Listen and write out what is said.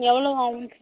எவ்வளோ ஆகும்னு சொல்